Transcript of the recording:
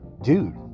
Dude